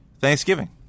Thanksgiving